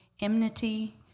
enmity